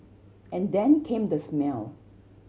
and then came the smell